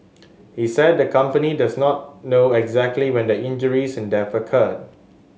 he said the company does not know exactly when the injuries and death occurred